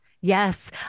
Yes